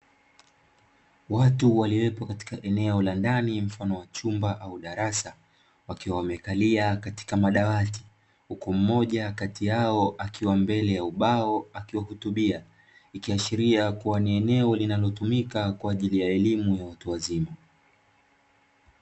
watu waliowepo katika eneo la ndani mfano wa chumba au darasa wakiwa wamekalia katika madawati ,huku mmoja kati yao akiwa mbele yao akiwahutubia ,ikiashiria ni eneo linalotumika kwaajili ya elimu ya watu wazima .